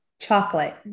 chocolate